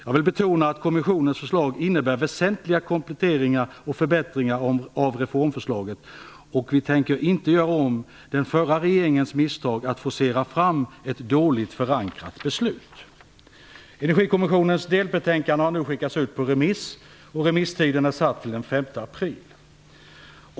Jag vill betona att kommissionens förslag innebär väsentliga kompletteringar och förbättringar av reformförslaget, och vi tänker inte göra om den förra regeringens misstag att forcera fram ett dåligt förankrat beslut. Energikommissionens delbetänkande har nu skickats ut på remiss, och remisstiden är satt till den 5 april.